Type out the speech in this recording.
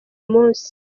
munsi